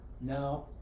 No